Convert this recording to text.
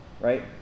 right